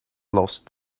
lost